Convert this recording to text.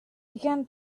began